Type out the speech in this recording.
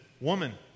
Woman